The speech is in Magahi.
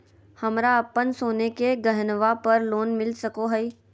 हमरा अप्पन सोने के गहनबा पर लोन मिल सको हइ?